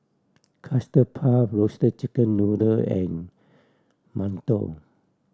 Custard Puff Roasted Chicken Noodle and mantou